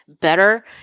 better